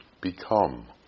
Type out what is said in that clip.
become